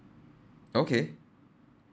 okay